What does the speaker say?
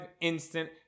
instant